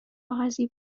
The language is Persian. کاغذی